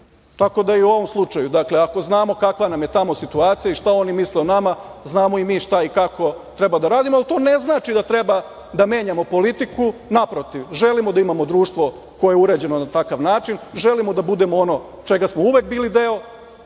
tako da je i u ovom slučaju ako znamo kakva nam je tamo situacija i šta oni misle o nama, znamo i mi šta i kako treba da radimo, ali to ne znači da treba da menjamo politiku. Naprotiv, želimo da imamo društvo koje je uređeno na takav način, želimo da budemo ono čega smo uvek bili deo,